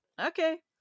okay